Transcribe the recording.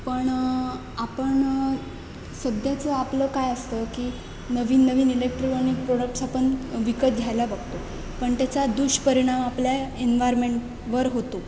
पण आपण सध्याचं आपलं काय असतं की नवीन नवीन इलेक्ट्रॉनिक प्रोडक्ट्स आपण विकत घ्यायला बघतो पण त्याचा दुष्परिणाम आपल्या एन्वायरमेन्टवर होतो